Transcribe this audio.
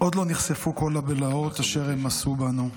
עוד לא נחשפו כל הבלהות אשר הם עשו בנו,